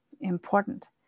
important